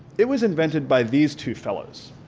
it was invented by these two fellows.